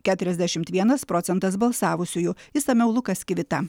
keturiasdešimt vienas procentas balsavusiųjų išsamiau lukas kivita